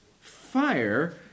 fire